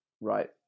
right